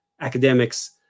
academics